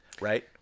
right